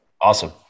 Awesome